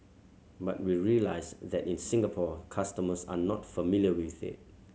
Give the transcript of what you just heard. but we realise that in Singapore customers are not familiar with it